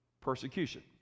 persecution